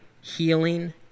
healing